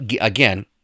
again